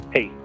Hey